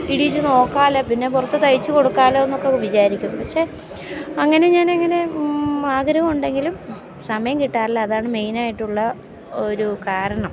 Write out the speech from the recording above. ഇടീച്ചു നോക്കാമല്ലോ പിന്നെ പുറത്ത് തയ്ച്ചു കൊടുക്കാമല്ലോ എന്നൊക്കെ വിചാരിക്കും പക്ഷേ അങ്ങനെ ഞാനങ്ങനെ ആഗ്രഹം ഉണ്ടെങ്കിലും സമയം കിട്ടാറില്ല അതാണ് മെയിനായിട്ടുള്ള ഒരു കാരണം